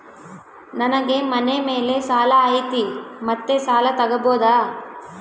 ನನಗೆ ಮನೆ ಮೇಲೆ ಸಾಲ ಐತಿ ಮತ್ತೆ ಸಾಲ ತಗಬೋದ?